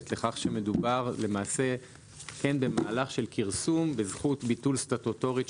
לכך שמדובר במהלך של כרסום בזכות ביטול סטטוטורית,